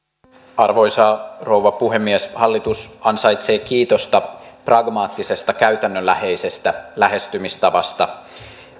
arvoisa rouva puhemies hallitus ansaitsee kiitosta pragmaattisesta käytännönläheisestä lähestymistavasta